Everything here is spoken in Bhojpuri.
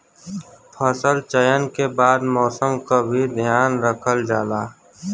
फसल चयन के बाद मौसम क भी ध्यान रखल जाला